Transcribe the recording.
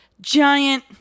giant